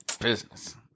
business